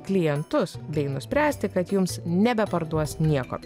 klientus bei nuspręsti kad jums nebeparduos nieko